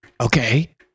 Okay